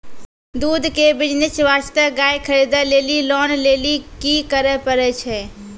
दूध के बिज़नेस वास्ते गाय खरीदे लेली लोन लेली की करे पड़ै छै?